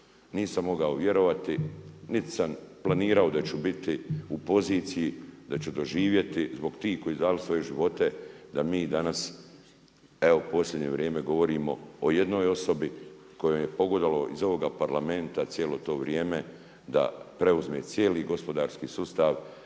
nisam mogao vjerovati niti sam planirao da ću biti u poziciji da ću doživjeti zbog tih koji su dali svoje živote da bi mi danas evo u posljednje vrijeme govorimo o jednoj osobi kojem je pogodovalo iz ovog Parlamenta cijelo to vrijeme da preuzme cijeli gospodarski sustav